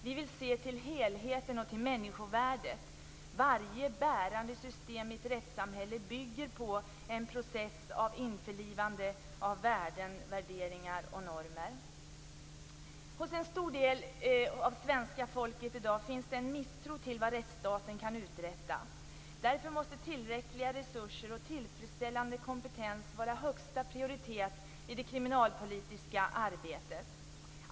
Vi vill se till helheten och till människovärdet. Varje bärande system i ett rättssamhälle bygger på en process av införlivande av värden, värderingar och normer. Hos en stor del av svenska folket finns i dag en misstro till vad rättsstaten kan uträtta. Därför måste tillräckliga resurser och tillfredsställande kompetens vara högsta prioritet i det kriminalpolitiska arbetet.